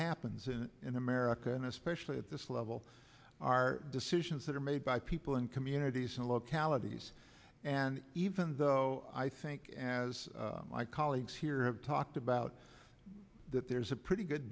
happens and in america and especially at this level are decisions that are made by people in communities and localities and even though i think as my colleagues here have talked about that there's a pretty good